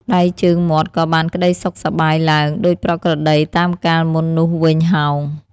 ដៃជើងមាត់ក៏បានក្តីសុខសប្បាយ ឡើង ដូចប្រក្រតីតាមកាលមុននោះវិញហោង ។